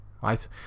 right